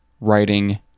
writing